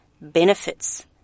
benefits